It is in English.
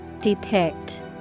Depict